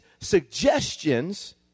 suggestions